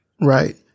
Right